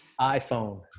iPhone